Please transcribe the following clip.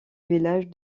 village